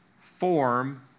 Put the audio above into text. form